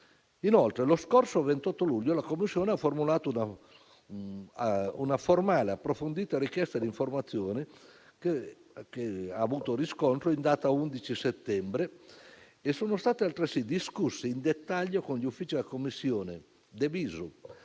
Peraltro, lo scorso 28 luglio la Commissione ha formulato una formale e approfondita richiesta di informazioni che ha avuto riscontro in data 11 settembre e vi è stata altresì una discussione in dettaglio con gli uffici della Commissione *de visu*